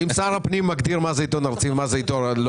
אם שר הפנים מגדיר מה זה עיתון ארצי ומה זה עיתון לא